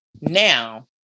now